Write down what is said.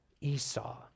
Esau